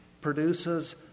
produces